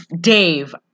Dave